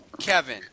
Kevin